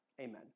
Amen